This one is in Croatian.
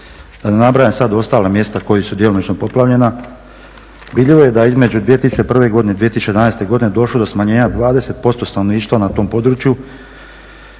Da ne nabrajam sad ostala mjesta koja su djelomično poplavljena. Vidljivo je da je između 2001. godine, 2011. godine došlo do smanjenja 20% stanovništva na tom području